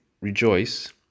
rejoice